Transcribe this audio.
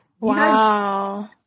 wow